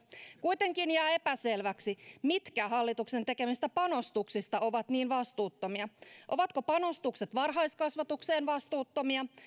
kuitenkin jää epäselväksi mitkä hallituksen tekemistä panostuksista ovat niin vastuuttomia ovatko panostukset varhaiskasvatukseen vastuuttomia